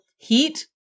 Heat